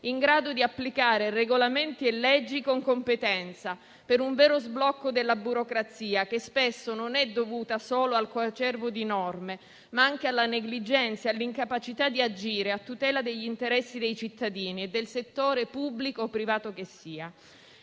in grado di applicare regolamenti e leggi con competenza, per un vero sblocco della burocrazia, che spesso non è dovuta solo al coacervo di norme, ma anche alla negligenza e all'incapacità di agire a tutela degli interessi dei cittadini e del settore pubblico o privato.